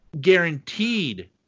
guaranteed